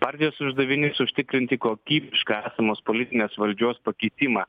partijos uždavinys užtikrinti kokybišką esamos politinės valdžios pakeitimą